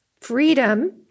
freedom